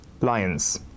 Lions